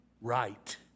right